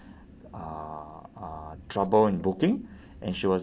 uh uh trouble in booking and she was